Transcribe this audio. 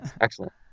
excellent